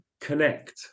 connect